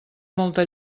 molta